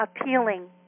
appealing